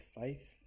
faith